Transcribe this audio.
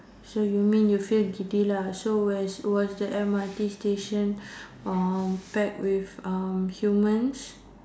so you mean you feel giddy lah so where was the M_R_T station pack with humans